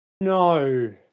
No